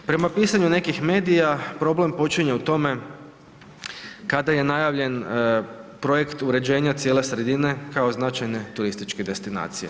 Prema pisanju nekih medija problem počinje u tome kada je najavljen projekt uređenja cijele sredine kao značajne turističke destinacije.